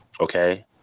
Okay